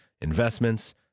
investments